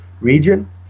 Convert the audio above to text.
region